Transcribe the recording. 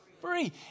Free